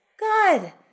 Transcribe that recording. God